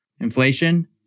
Inflation